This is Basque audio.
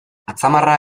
atzamarra